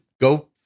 go